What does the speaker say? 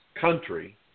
country